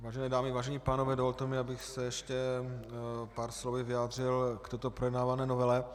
Vážené dámy, vážení pánové, dovolte mi, abych se ještě pár slovy vyjádřil k této projednávané novele.